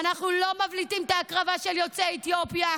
ואנחנו לא מבליטים את ההקרבה של יוצאי אתיופיה.